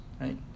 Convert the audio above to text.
right